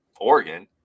Oregon